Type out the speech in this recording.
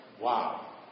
wow